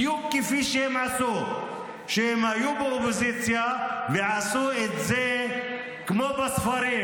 בדיוק כפי שהם עשו כשהם היו באופוזיציה ועשו את זה כמו בספרים.